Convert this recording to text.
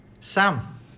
Sam